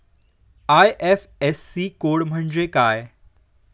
IFSC code म्हणजे काय?